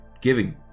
Giving